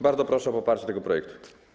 Bardzo proszę o poparcie tego projektu.